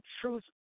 truth